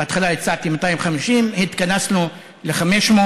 בהתחלה הצעתי 250. התכנסנו ל-500,